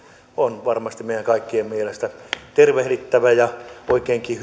on varmasti meidän kaikkien mielestä tervehdittävä ja oikeinkin